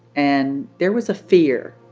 and there was a fear